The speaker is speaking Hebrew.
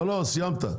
לא, סיימת.